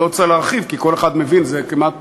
אני לא רוצה להרחיב, כי כל אחד מבין, זה כמעט